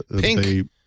Pink